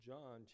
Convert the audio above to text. John